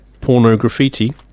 Pornograffiti